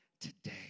today